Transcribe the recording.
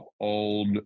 old